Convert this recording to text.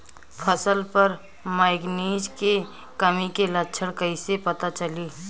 फसल पर मैगनीज के कमी के लक्षण कइसे पता चली?